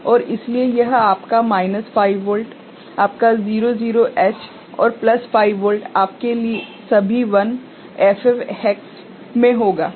और इसलिए यह आपका माइनस 5 वोल्ट आपका 00H और प्लस 5 वोल्ट आपके सभी 1 FF हेक्स में होगा ठीक है